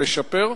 לשפר,